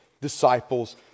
disciples